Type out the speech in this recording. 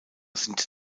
sind